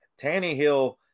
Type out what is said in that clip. Tannehill